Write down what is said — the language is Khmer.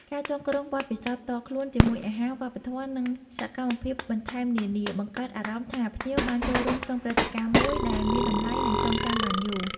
ការចងក្រងបទពិសោធន៍ផ្ទាល់ខ្លួនជាមួយអាហារ វប្បធម៌ និងសកម្មភាពបន្ថែមនានា បង្កើតអារម្មណ៍ថាភ្ញៀវបានចូលរួមក្នុងព្រឹត្តិការណ៍មួយដែលមានតម្លៃ និងចងចាំបានយូរ។